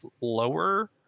lower